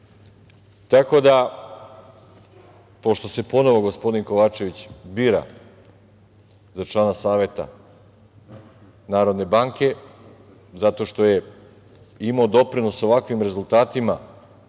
REM-a. Pošto se ponovo gospodin Kovačević bira za člana Saveta Narodne banke, zato što je imao doprinos ovakvim rezultatima